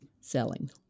selling